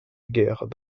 guerre